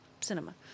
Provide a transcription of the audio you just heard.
cinema